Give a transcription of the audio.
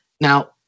Now